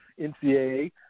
NCAA